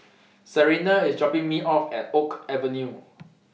Sarina IS dropping Me off At Oak Avenue